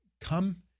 come